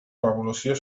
revolució